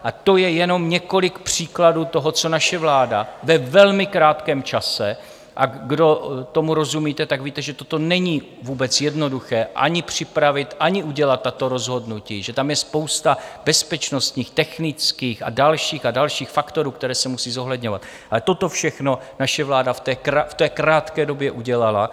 A to je jen několik příkladů toho, co naše vláda ve velmi krátkém čase, a kdo tomu rozumíte, tak víte, že toto není vůbec jednoduché ani připravit, ani udělat tato rozhodnutí, že tam je spousta bezpečnostních, technických a dalších a dalších faktorů, které se musí zohledňovat, ale toto všechno naše vláda v té krátké době udělala.